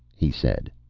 he said.